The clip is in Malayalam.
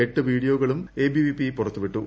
എട്ട് വീഡിയോകളും എബിവിപി പുറത്തുവിട്ടു